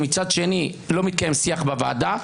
ומצד שני לא מתקיים שיח בוועדה,